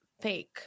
fake